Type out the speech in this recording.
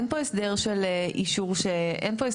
אין פה הסדר של אישור שבשתיקה,